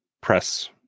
press